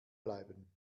bleiben